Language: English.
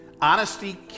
Honesty